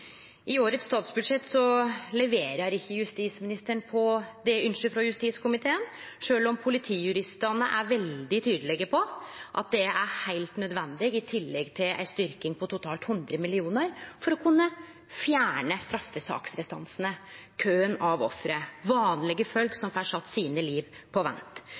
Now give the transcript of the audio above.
I årets statsbudsjett leverer ikkje justisministeren på det ynsket frå justiskomiteen, sjølv om Politijuristene er veldig tydelege på at det er heilt nødvendig, i tillegg til ei styrking på totalt 100 mill. kr for å kunne fjerne straffesaksrestansane – køen av offer, vanlege folk som får sett livet sitt på vent.